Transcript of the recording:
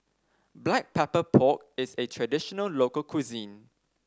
Black Pepper Pork is a traditional local cuisine